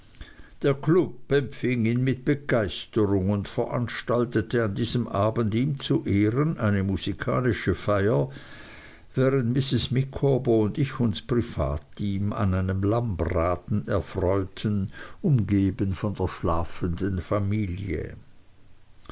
der klub empfing ihn mit begeisterung und veranstaltete an diesem abend ihm zu ehren eine musikalische feier während mrs micawber und ich uns privatim an einem lammsbraten erfreuten umgeben von der schlafenden familie